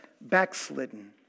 backslidden